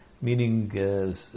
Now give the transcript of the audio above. meaning